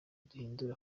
duhindure